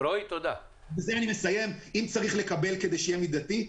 אם צריך לקבל כדי שיהיה מידתי,